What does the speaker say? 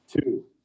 Two